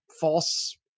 false